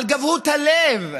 על גבהות הלב,